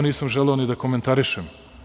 Nisam želeo to ni da komentarišem.